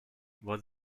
what